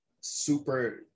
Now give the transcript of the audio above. super